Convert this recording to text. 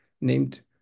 named